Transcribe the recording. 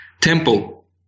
temple